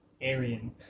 Aryan